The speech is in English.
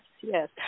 yes